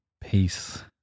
Peace